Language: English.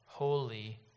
Holy